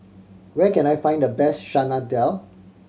where can I find the best Chana Dal